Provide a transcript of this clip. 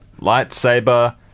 lightsaber